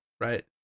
right